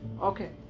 Okay